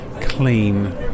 clean